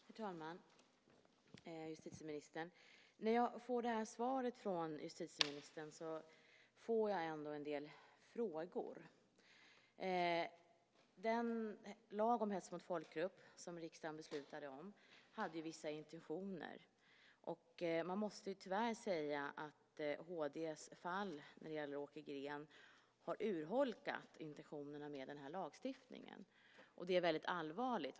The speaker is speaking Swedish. Herr talman! Justitieministern! När jag får det här svaret från justitieministern väcker det en del frågor. Den lag om hets mot folkgrupp som riksdagen beslutade om hade vissa intentioner. Man måste tyvärr säga att HD:s dom när det gäller Åke Green har urholkat intentionerna med den lagstiftningen. Det är väldigt allvarligt.